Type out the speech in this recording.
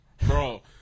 Bro